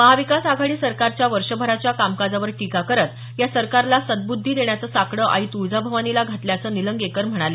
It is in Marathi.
महाविकास आघाडी सरकारच्या वर्षभराच्या कामकाजावर टीका करत या सरकारला सदबुद्धी देण्याचं साकडं आई तुळजाभवानीला घातल्याचं निलंगेकर म्हणाले